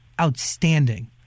outstanding